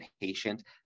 patient